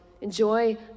enjoy